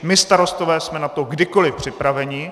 My Starostové jsme na to kdykoliv připraveni.